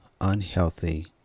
unhealthy